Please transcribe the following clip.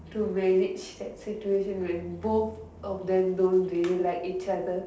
to manage that situation when both of them don't really like each other